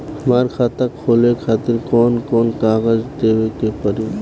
हमार खाता खोले खातिर कौन कौन कागज देवे के पड़ी?